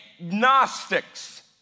agnostics